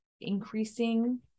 increasing